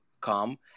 come